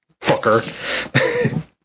Fucker